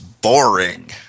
boring